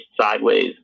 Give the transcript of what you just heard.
sideways